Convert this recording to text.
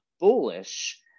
bullish